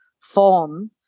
form